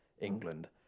England